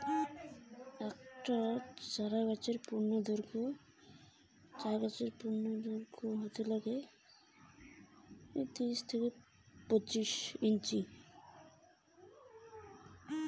একটি চা গাছের পূর্ণদৈর্ঘ্য কত হওয়া উচিৎ?